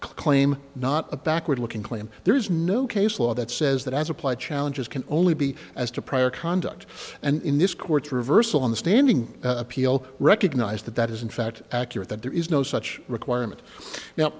claim not a backward looking claim there is no case law that says that as applied challenges can only be as to prior conduct and in this court's reversal on the standing appeal recognized that that is in fact accurate that there is no such requirement now